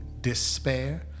despair